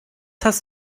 hast